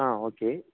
ஆ okay